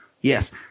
Yes